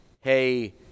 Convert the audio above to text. hey